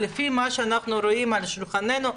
לפי מה שאנחנו רואים על שולחננו,